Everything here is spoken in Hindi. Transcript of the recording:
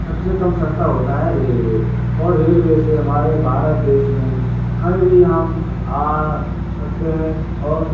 सबसे कम सस्ता होता है रेलवे और रेलवे से हमारे भारत देश में हम कहीं भी आ सकते हैं और